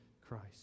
Christ